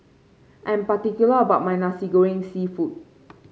I am particular about my Nasi Goreng seafood